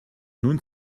nun